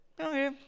Okay